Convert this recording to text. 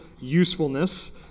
usefulness